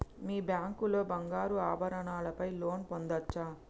మీ bank లో బంగారు ఆభరణాల పై లోన్ పొందచ్చా?